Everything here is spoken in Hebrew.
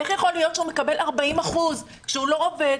איך יכול להיות שהוא מקבל 40% כשהוא לא עובד,